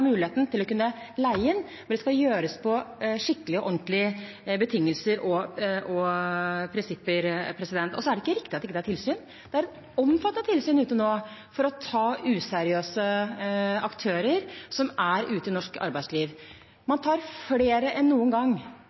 muligheten til å kunne leie inn, men det skal gjøres på skikkelige og ordentlige betingelser og prinsipper. Det er ikke riktig at det ikke er tilsyn. Det er et omfattende tilsyn ute nå for å ta useriøse aktører i norsk arbeidsliv. Man tar flere enn noen gang,